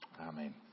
Amen